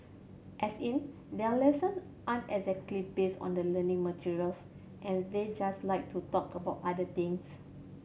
as in their lesson aren't exactly based on the learning materials and they just like to talk about other things